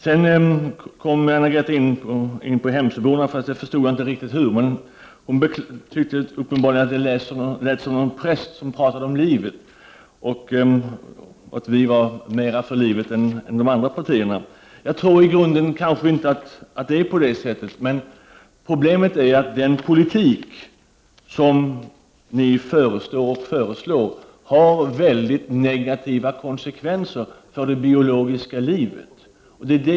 Sedan kom Anna-Greta Leijon in på Hemsöborna, fast jag inte riktigt förstår hur. Hon tyckte uppenbarligen att jag lät som en präst som pratade om livet och menade att vi var mera för livet än de andra partierna. Jag tror i grunden att det nog inte är så. Men problemet är att den politik ni föreslår har mycket negativa konsekvenser för det biologiska livet.